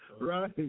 right